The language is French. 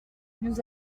nous